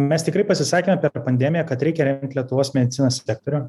mes tikrai pasisakėme apie pandemiją kad reikia remt lietuvos medicinos sektorių